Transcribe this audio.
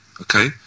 Okay